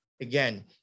again